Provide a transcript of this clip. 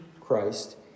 Christ